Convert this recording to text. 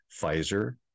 Pfizer